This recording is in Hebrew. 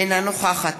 אינה נוכחת